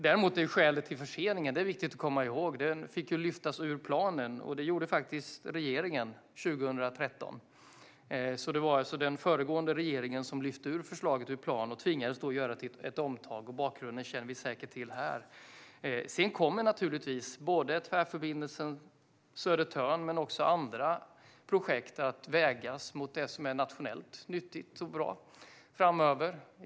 Det är viktigt att komma ihåg att orsaken till förseningen var att förslaget fick lyftas ur planen, och det gjorde regeringen faktiskt 2013. Det var alltså den föregående regeringen som lyfte ut förslaget ur planen och tvingades till ett omtag. Bakgrunden känner vi säkert till här. Naturligtvis kommer både Tvärförbindelse Södertörn och andra projekt att vägas mot det som framöver är nationellt nyttigt och bra.